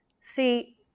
See